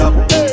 up